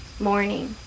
morning